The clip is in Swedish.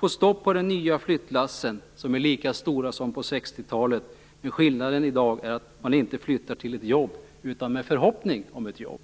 måste få stopp på flyttlassen, som är lika stora som på 60-talet, med den skillnaden att man i dag inte flyttar till ett jobb utan med förhoppning om ett jobb.